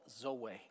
zoe